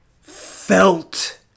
felt